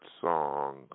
song